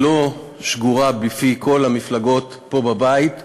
היא לא שגורה בפי כל המפלגות פה בבית,